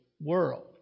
world